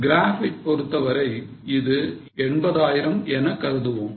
Graph பொறுத்தவரை இது 80000 எனக் கருதுவோம்